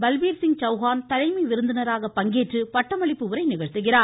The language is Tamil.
பல்பீர்சிங் சௌஹான் தலைமை விருந்தினராக பங்கேற்று பட்டமளிப்பு உரை நிகழ்த்துகிறார்